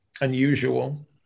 unusual